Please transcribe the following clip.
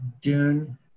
Dune